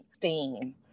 theme